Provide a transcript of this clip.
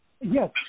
Yes